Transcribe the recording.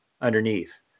underneath